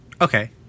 Okay